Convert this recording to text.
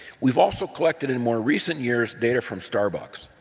we've also collected in more recent years data from starbucks.